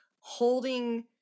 holding